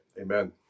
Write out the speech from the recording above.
Amen